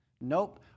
Nope